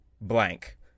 blank